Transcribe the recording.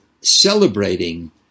celebrating